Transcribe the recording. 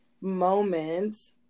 moments